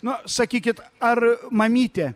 nu sakykit ar mamytė